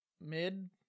Mid